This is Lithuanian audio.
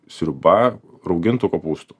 sriuba raugintų kopūstų